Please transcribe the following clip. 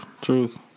truth